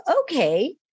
Okay